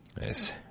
Nice